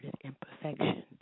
imperfection